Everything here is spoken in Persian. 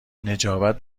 نجابت